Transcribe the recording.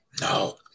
No